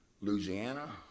Louisiana